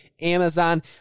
Amazon